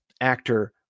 actor